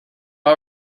all